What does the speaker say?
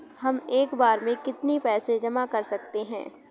हम एक बार में कितनी पैसे जमा कर सकते हैं?